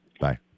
Bye